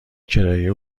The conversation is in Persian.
کرایه